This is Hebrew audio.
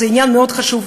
זה עניין מאוד חשוב,